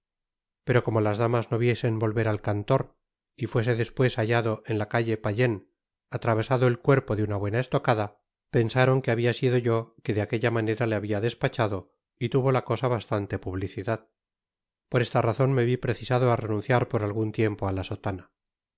pero como las damas no viesen volver al cantor y fuese despues ha lado en la calle payenne atravesado el cuerpo de una buena estocada pensaron que habia sido yo que de aquella manera le habia despachado y tuvo la cosa bastante publicidad por esta razon me vi precisado á renunciar por algun tiempo á la sotana